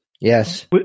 Yes